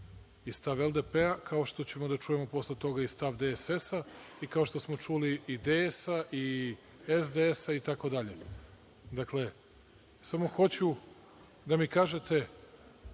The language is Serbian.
i stav LDP kao što ćemo da čujemo posle toga i stav DSS i kao što smo čuli i DS, i SDS, itd. Dakle, samo hoću da mi kažete